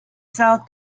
sell